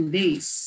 days